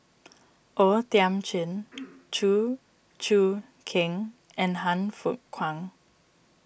O Thiam Chin Chew Choo Keng and Han Fook Kwang